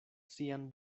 sian